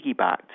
piggybacked